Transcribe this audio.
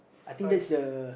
I see